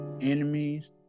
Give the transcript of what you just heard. enemies